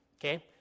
Okay